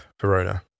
Verona